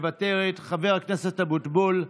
מוותרת, חבר הכנסת אבוטבול,